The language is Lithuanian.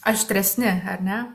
aštresni ar ne